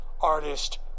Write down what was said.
artist